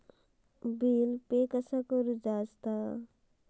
Bill pay कसा करुचा?